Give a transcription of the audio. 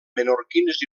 menorquins